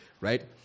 right